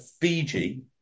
Fiji